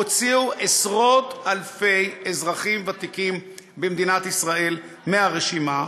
הוציאו עשרות-אלפי אזרחים ותיקים במדינת ישראל מהרשימה,